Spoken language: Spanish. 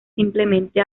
simplemente